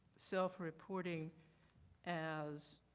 self reporting as